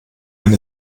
wenn